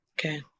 Okay